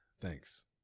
Thanks